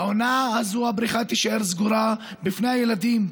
העונה הזאת הבריכה תישאר סגורה בפני הילדים.